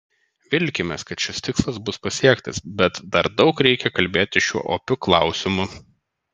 vilkimės kad šis tikslas bus pasiektas bet dar daug reikia kalbėti šiuo opiu klausimu